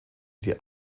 die